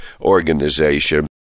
organization